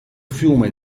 fiume